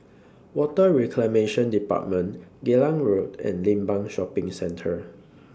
Water Reclamation department Geylang Road and Limbang Shopping Centre